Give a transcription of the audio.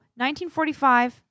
1945